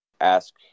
ask